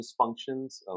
dysfunctions